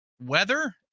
weather